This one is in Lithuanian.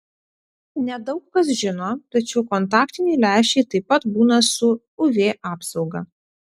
ne daug kas žino tačiau kontaktiniai lęšiai taip pat būna su uv apsauga